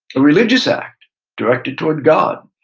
a religious act directed toward god.